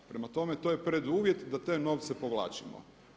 Prem tome, to je preduvjet da te novce povlačimo.